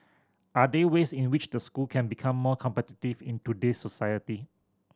are there ways in which the school can become more competitive in today's society